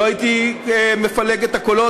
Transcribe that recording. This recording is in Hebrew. לא הייתי מפלג את הקולות,